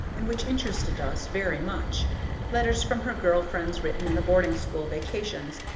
and which interested us very much letters from her girl friends written in the boarding-school vacations,